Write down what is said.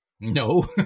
No